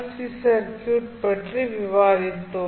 C circuit பற்றி விவாதித்தோம்